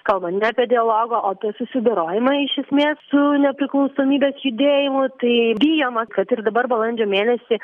kalba ne apie dialogą o apie susidorojimą iš esmės su nepriklausomybės judėjimu taip bijoma kad ir dabar balandžio mėnesį